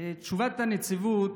תשובת הנציבות,